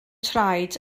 traed